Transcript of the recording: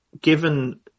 given